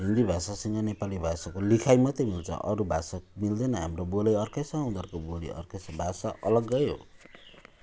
हिन्दी भाषासँग नेपाली भाषाको लेखाइ मात्रै मिल्छ अरू भाषा मिल्दैन हाम्रो बोली अर्कै छ उनीहरूको बोली अर्कै छ भाषा अलग्गै हो